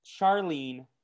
Charlene